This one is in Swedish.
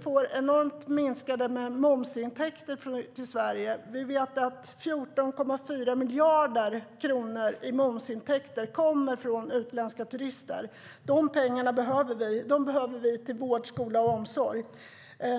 också enormt minskade momsintäkter i Sverige. Vi vet att 14,4 miljarder kronor i momsintäkter kommer från utländska turister. Dessa pengar behöver vi. De behöver vi till vård, skola och omsorg.